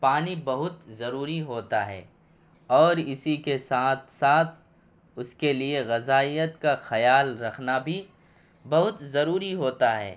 پانی بہت ضروری ہوتا ہے اور اسی کے ساتھ ساتھ اس کے لیے غذائیت کا خیال رکھنا بھی بہت ضروری ہوتا ہے